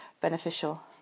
beneficial